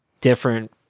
different